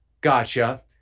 Gotcha